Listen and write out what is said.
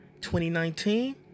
2019